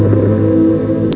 or